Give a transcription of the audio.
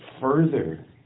further